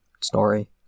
story